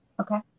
Okay